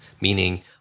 meaning